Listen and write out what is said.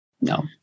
No